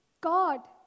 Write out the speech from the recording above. God